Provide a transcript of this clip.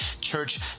church